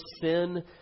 sin